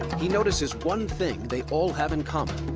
he notices one thing they all have in common.